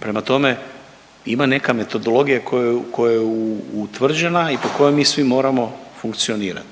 Prema tome ima neka metodologija koju, koja je utvrđena i po kojoj mi svi moramo funkcionirat.